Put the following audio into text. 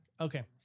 Okay